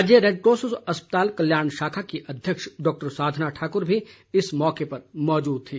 राज्य रैडक्रॉस अस्पताल कल्याण शाखा की अध्यक्ष डॉक्टर साधना ठाक्र भी इस मौके पर मौजूद थी